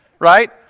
right